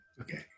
okay